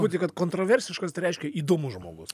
kad kontroversiškas tai reiškia įdomus žmogus